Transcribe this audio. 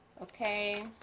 Okay